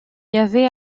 avait